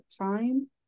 time